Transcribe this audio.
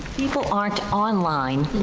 people aren't online,